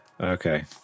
okay